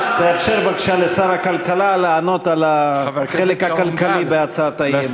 תאפשר בבקשה לשר הכלכלה לענות על החלק הכלכלי בהצעת האי-אמון.